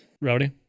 Rowdy